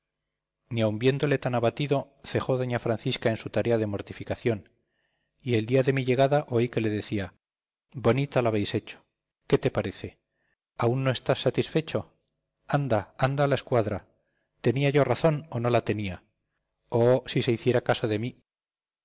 ni aun viéndole tan abatido cejó doña francisca en su tarea de mortificación y el día de mi llegada oí que le decía bonita la habéis hecho qué te parece aún no estás satisfecho anda anda a la escuadra tenía yo razón o no la tenía oh si se hiciera caso de mí